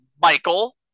Michael